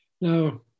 Now